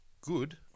good